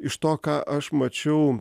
iš to ką aš mačiau